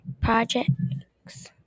projects